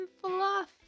Fluff